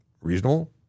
reasonable